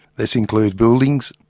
this includes buildings,